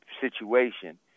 situation